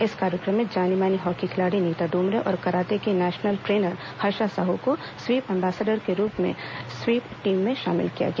इस कार्यक्रम में जानी मानी हॉकी खिलाड़ी नीता डुमरे और कराते की नेशनल ट्रेनर हर्षा साहू को स्वीप एंबेसडर के रूप में स्वीप टीम में शामिल किया गया